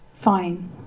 fine